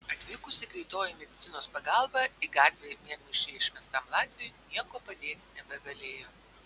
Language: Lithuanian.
atvykusi greitoji medicinos pagalba į gatvę miegmaišyje išmestam latviui niekuo padėti nebegalėjo